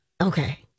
Okay